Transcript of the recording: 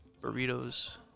burritos